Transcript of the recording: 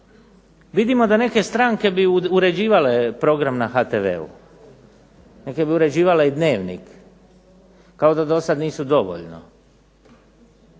Vidimo da neke stranke bi uređivale program na HTV-u, neke bi uređivale i dnevnik, kao da dosad nisu dovoljno.